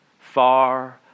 far